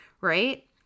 right